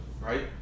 right